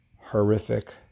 horrific